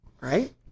right